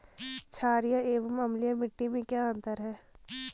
छारीय एवं अम्लीय मिट्टी में क्या अंतर है?